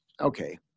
Okay